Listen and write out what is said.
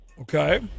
Okay